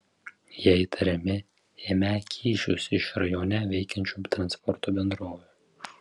jie įtariami ėmę kyšius iš rajone veikiančių transporto bendrovių